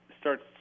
starts